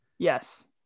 yes